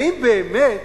האם באמת